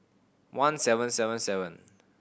one seven seven seven